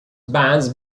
bands